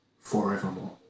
forevermore